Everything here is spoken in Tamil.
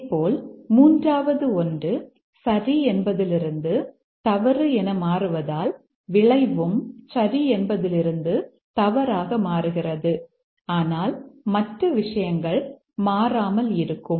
இதேபோல் மூன்றாவது ஒன்று சரி என்பதிலிருந்து தவறு என மாறுவதால் விளைவும் சரி என்பதிலிருந்து தவறாக மாறுகிறது ஆனால் மற்ற விஷயங்கள் மாறாமல் இருக்கும்